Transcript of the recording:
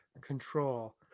control